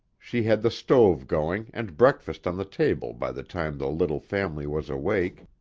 she had the stove going and breakfast on the table by the time the little family was awake,